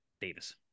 Davis